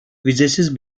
vizesiz